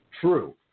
True